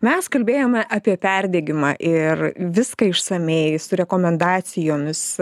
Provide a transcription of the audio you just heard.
mes kalbėjome apie perdegimą ir viską išsamiai su rekomendacijomis